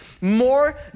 more